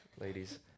ladies